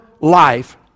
life